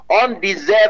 Undeserved